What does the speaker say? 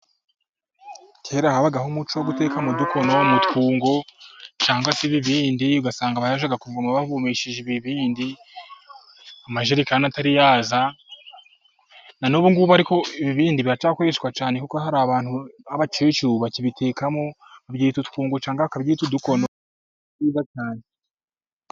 Kera habagaho umuco wo guteka mudukono, m'utwungo, cyangwa se ibibindi, ugasanga bajyaga kuvoma bavomesheje ibibindi, amajerekani atariyaza, nanubu ngubu ariko ibibindi biracyakoreshwa cyane, kuko hari abantu nk'abakecuru bakibitekamo, babyita utwungo cyangwa bakabyita mudukono.